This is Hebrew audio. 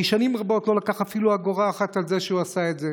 כי שנים רבות לא לקח אפילו אגורה אחת על זה שהוא עשה את זה.